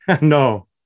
No